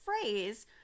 phrase